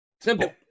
Simple